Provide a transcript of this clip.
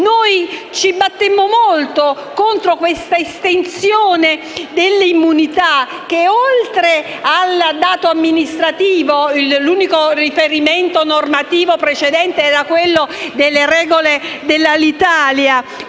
noi ci battemmo molto contro questa estensione dell'immunità, che va oltre al dato amministrativo. L'unico riferimento normativo precedente era quello delle regole fissate al